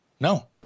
No